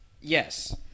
yes